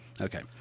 Okay